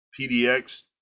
PDX